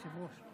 אדוני היושב-ראש?